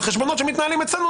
על החשבונות שמתנהלים אצלנו,